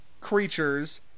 creatures